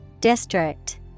District